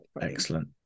Excellent